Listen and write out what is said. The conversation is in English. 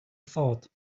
thought